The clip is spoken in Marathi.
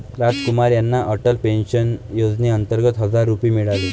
रामकुमार यांना अटल पेन्शन योजनेअंतर्गत हजार रुपये मिळाले